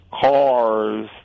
cars